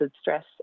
stress